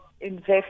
invest